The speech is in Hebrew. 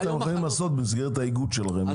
את זה אתם יכולים לעשות במסגרת האיגוד שלכם,